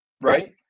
right